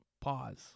Pause